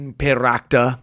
peracta